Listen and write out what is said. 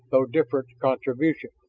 though different, contribution.